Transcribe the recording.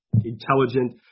intelligent